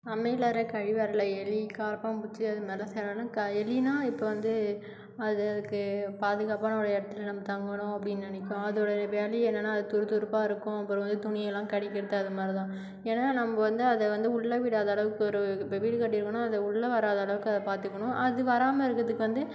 சமையலறை கழிவறையில் எலி கரப்பான்பூச்சி அது மாதிரிலாம் சிலலாம் க எலினால் இப்போ வந்து அதுக்கு பாதுகாப்பான ஒரு இடத்துல நம்ம தங்கணும் அப்படின் நினைக்கும் அதோட எ வேலையே என்னென்ன அது துருதுருப்பாக இருக்கும் அப்புறம் வந்து துணியெல்லாம் கடிக்கிறது அது மாதிரி தான் ஏன்னால் நம்ம வந்து அதை வந்து உள்ளே விடாத அளவுக்கு ஒரு இப்போ வீடு கட்டியிருக்கோனா அதை உள்ளே வராத அளவுக்கு அதை பார்த்துக்கணும் அது வராமல் இருக்கிறதுக்கு வந்து